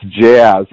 jazz